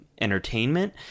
entertainment